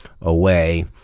away